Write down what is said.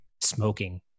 smoking